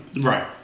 Right